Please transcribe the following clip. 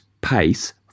pace